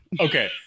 Okay